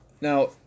now